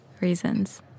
reasons